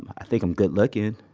i think i'm good-looking.